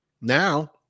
now